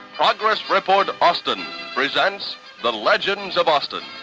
progress report austin presents the legends of austin.